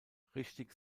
richtig